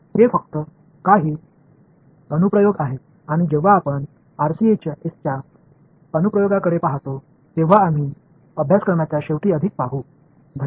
இவை சில பயன்பாடுகளாகும் மேலும் RCS பயன்பாடுகளைப் பாடநெறியின் முடிவில் மேலும் பார்ப்போம்